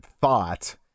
thought